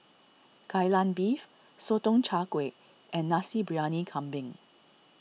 Kai Lan Beef Sotong Char Kway and Nasi Briyani Kambing